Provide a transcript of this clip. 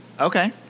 Okay